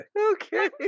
Okay